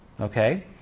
Okay